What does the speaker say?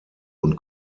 und